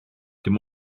dim